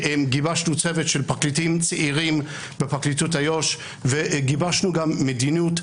גיבשנו צוות של פרקליטים צעירים בפרקליטות איו"ש וגיבשנו גם מדיניות.